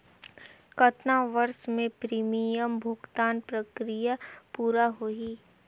कतना वर्ष मे प्रीमियम भुगतान प्रक्रिया पूरा होही?